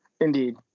Indeed